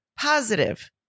positive